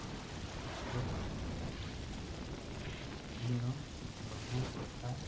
ଓ ରାଜ୍ୟ ଗୁଡ଼ିକରେ ବିଭିନ୍ନ ଧର୍ମ ତଥା